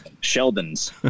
Sheldon's